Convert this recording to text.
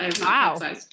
Wow